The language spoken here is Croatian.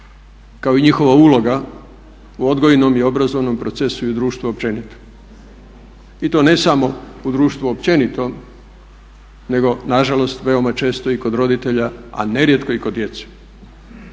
kao i njihova uloga u odgojnom i obrazovnom procesu i društvu općenito i to ne samo u društvu općenito nego nažalost jako često i kod roditelja, a nerijetko i kod djece.